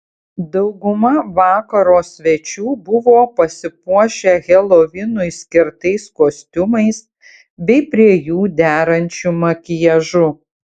dauguma vakaro svečių buvo pasipuošę helovinui skirtais kostiumais bei prie jų derančiu makiažu